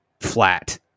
flat